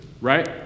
right